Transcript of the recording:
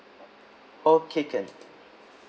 okay can